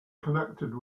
connected